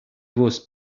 was